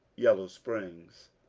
yellow springs.